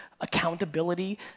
accountability